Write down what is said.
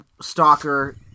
stalker